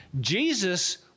Jesus